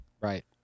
Right